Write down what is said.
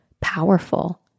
powerful